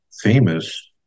famous